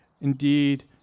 indeed